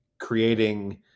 creating